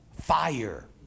fire